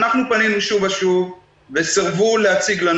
אנחנו פנינו שוב ושוב וסירבו להציג לנו